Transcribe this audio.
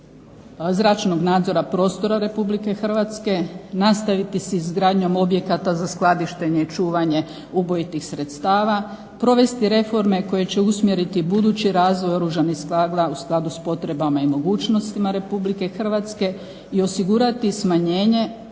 zračnog nadzora prostora RH, nastaviti s izgradnjom objekata za skladištenje i čuvanje ubojitih sredstava, provesti reforme koje će usmjeriti budući razvoj Oružanih snaga u skladu s potrebama i mogućnostima RH i osigurati smanjenje